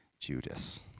Judas